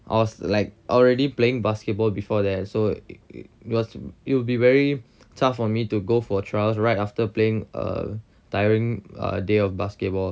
I was like already playing basketball before that so it it was it will be very tough for me to go for trials right after playing a tiring day ah of basketball